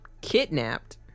kidnapped